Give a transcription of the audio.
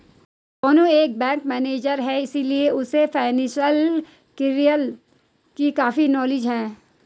सोनू एक bank manager है इसीलिए उसे फाइनेंशियल कैरियर की काफी नॉलेज है